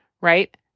right